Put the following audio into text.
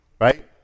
Right